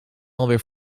alweer